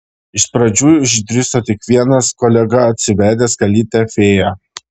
iš pradžių išdrįso tik vienas kolega atsivedęs kalytę fėją